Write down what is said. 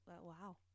wow